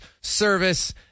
service